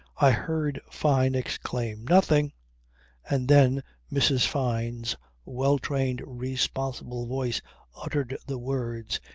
i heard fyne exclaim nothing and then mrs. fyne's well-trained, responsible voice uttered the words,